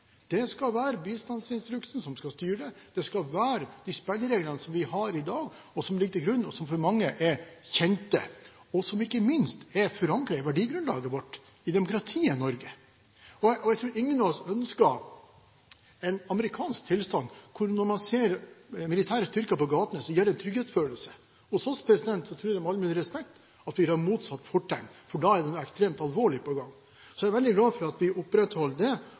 Det skal være bistandsinstruksen som skal styre. De spillereglene som vi har i dag, og som for mange er kjente, og som ikke minst er forankret i verdigrunnlaget vårt, i demokratiet Norge, skal ligge til grunn. Jeg tror ingen av oss ønsker en amerikansk tilstand, at når man ser militære styrker på gaten, så gir det en trygghetsfølelse. Hos oss tror jeg, med all mulig respekt, at det ville ha motsatt fortegn – da er det noe ekstremt alvorlig på gang. Så jeg er veldig glad for at vi opprettholder det